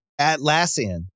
Atlassian